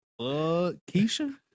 Keisha